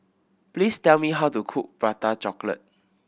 please tell me how to cook Prata Chocolate